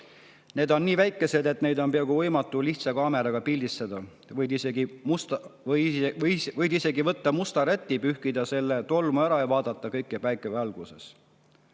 Need on nii väikesed ja neid on peaaegu võimatu lihtsa kaameraga pildistada. Võid isegi võtta musta räti, pühkida selle tolmu ära ja vaadata kõike päikesevalguses."